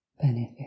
benefit